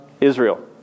Israel